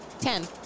Ten